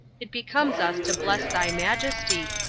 it becomes us to bless thy majesty,